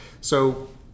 So-